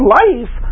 life